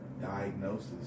diagnosis